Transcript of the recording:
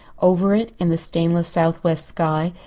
over it, in the stainless southwest sky,